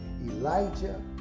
Elijah